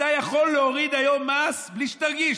אתה יכול להוריד היום מס בלי שתרגיש.